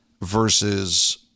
versus